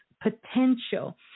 potential